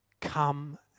Come